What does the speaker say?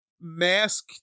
mask